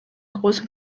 großen